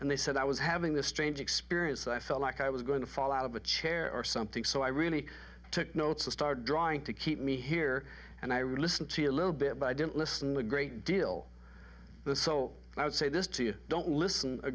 and they said i was having this strange experience i felt like i was going to fall out of a chair or something so i really took notes to start drawing to keep me here and i really see a little bit but i didn't listen a great deal the so i would say this to you don't listen a